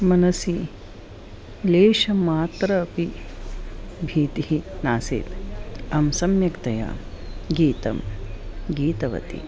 मनसि लेशमात्रापि भीतिः नासीत् अहं सम्यक्तया गीतं गीतवती